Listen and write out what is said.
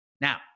Now